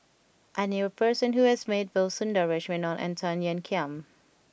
I knew a person who has met both Sundaresh Menon and Tan Ean Kiam